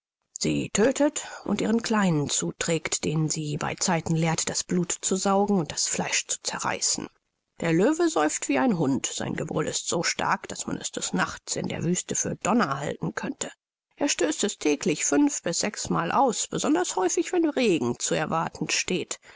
sie tödtet und ihren kleinen zuträgt denen sie bei zeiten lehrt das blut zu saugen und das fleisch zu zerreißen der löwe säuft wie ein hund sein gebrüll ist so stark daß man es des nachts in der wüste für donner halten könnte er stößt es täglich fünf bis sechs mal aus besonders häufig wenn regen zu erwarten steht